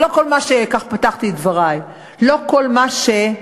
ולא כל מה, כך פתחתי את דברי, לא כל מה שהוא